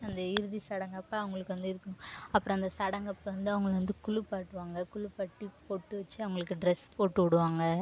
அந்த இறுதி சடங்கப்போ அவங்களுக்கு வந்து இருக்கும் அப்புறம் அந்த சடங்கப்போ வந்து அவங்களை வந்து குளிப்பாட்டுவாங்க குளிப்பாட்டி பொட்டு வச்சு அவங்களுக்கு ட்ரெஸ் போட்டுவிடுவாங்க